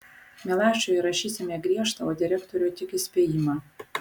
milašiui įrašysime griežtą o direktoriui tik įspėjimą